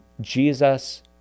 Jesus